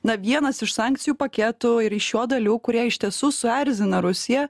na vienas iš sankcijų paketų ir iš jo dalių kurie iš tiesų suerzina rusiją